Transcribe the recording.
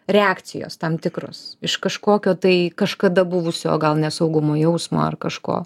reakcijos tam tikros iš kažkokio tai kažkada buvusio o gal nesaugumo jausmo ar kažko